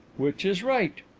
which is right?